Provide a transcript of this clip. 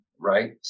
right